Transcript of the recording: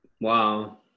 Wow